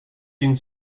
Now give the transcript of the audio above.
din